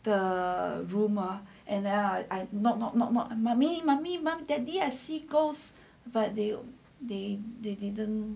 the room and now I knock knock knock mummy mummy mummy daddy I see ghost but they they they didn't